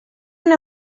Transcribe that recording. una